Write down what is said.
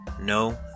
No